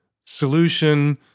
solution